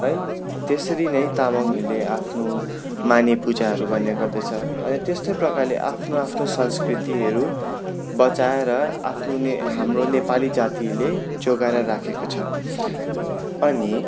है त्यसरी नै तामाङहरूले आफ्नो माने पूजाहरू गर्ने गर्दछ अनि त्यस्तै प्रकारले आफ्नो आफ्नो संस्कृतिहरू बचाएर आफ्नो ने हाम्रो नेपाली जातिले जोगाएर राखेको छ अनि